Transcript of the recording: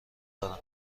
دارم